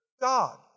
God